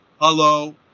hello